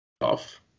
off